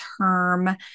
term